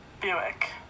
Buick